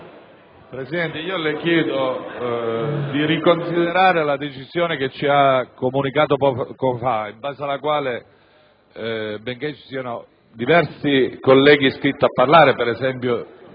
Presidente, le chiedo di riconsiderare la decisione che ci ha comunicato poco fa, in base alla quale, benché ci siano diversi colleghi che hanno chiesto